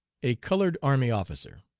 a colored army officer.